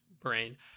brain